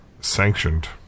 sanctioned